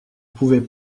pouvait